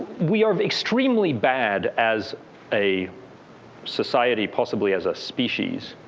we are extremely bad, as a society, possibly as a species,